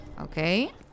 Okay